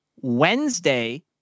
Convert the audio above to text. Wednesday